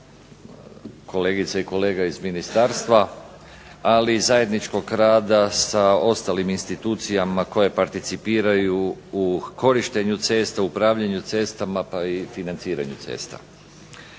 kolegica i kolega iz ministarstva ali i zajedničkog rada sa ostalim institucijama koje participiraju u korištenju cesta, u upravljanju cestama pa i financiranju cesta.